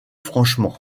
franchement